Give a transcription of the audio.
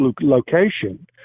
location